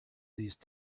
these